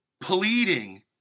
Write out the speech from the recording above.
pleading